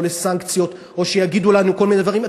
לסנקציות או שיגידו לנו כל מיני דברים.